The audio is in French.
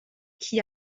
qui